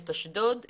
את אשדוד,